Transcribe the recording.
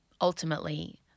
ultimately